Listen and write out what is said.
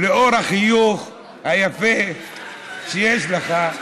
לאור החיוך היפה שיש לך,